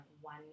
one